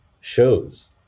shows